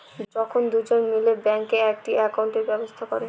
যখন দুজন মিলে ব্যাঙ্কে একটি একাউন্টের ব্যবস্থা করে